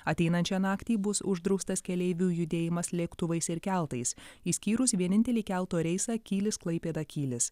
ateinančią naktį bus uždraustas keleivių judėjimas lėktuvais ir keltais išskyrus vienintelį kelto reisą kylis klaipėda kylis